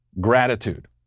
gratitude